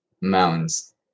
Mountains